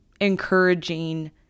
encouraging